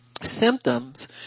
symptoms